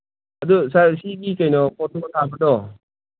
ꯑꯗꯨ ꯁꯥꯔ ꯁꯤꯒꯤ ꯀꯩꯅꯣ ꯐꯣꯇꯣ ꯑꯀꯥꯞꯄꯗꯣ